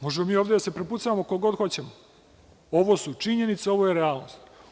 Možemo mi ovde da se prepucavamo koliko god hoćemo, ali ovo su činjenice i ovo je realnost.